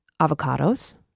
avocados